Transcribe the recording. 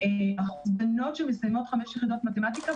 --- בנות שמסיימות חמש יחידות מתמטיקה,